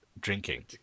drinking